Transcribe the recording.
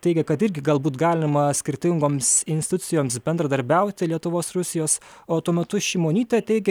teigia kad irgi galbūt galima skirtingoms institucijoms bendradarbiauti lietuvos rusijos o tuo metu šimonytė teigia